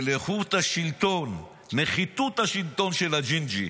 של איכות השלטון, נחיתות השלטון של הג'ינג'י.